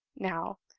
now,